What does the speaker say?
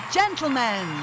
gentlemen